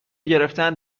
گرفتن